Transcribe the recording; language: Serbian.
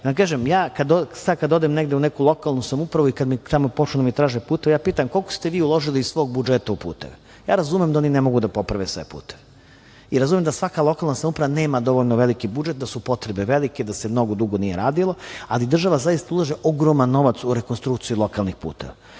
sada kada odem u neku lokalnu samoupravu i kada tamo počnu da mi traže puteve, pitam koliko ste vi uložili iz svog budžeta u puteve. Razumem da oni ne mogu da poprave sve puteve i razumem da svaka lokalna samouprava nema dovoljno veliki budžet, da su potrebe velike, da se mnogo dugo nije radilo, ali država zaista ulaže ogroman novac u rekonstrukciju lokalnih